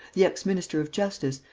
the ex-minister of justice,